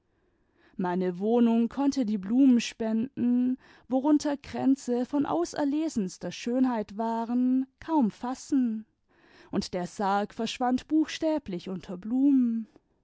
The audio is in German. meine wohnung konnte die blumenspenden worunter kränzt von auserlesenster schönheit waren kaum fassen und der sarg verschwand buchstäblich imter blumen